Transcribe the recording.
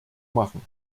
machen